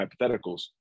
hypotheticals